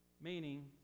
meaning